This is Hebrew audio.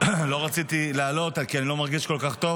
לא רציתי לעלות כי אני לא מרגיש כל כך טוב,